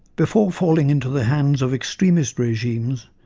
before falling into the hands of extremist regimes,